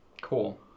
Cool